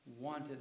wanted